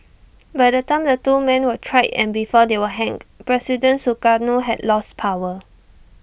by the time the two man were tried and before they were hanged president Sukarno had lost power